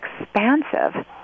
expansive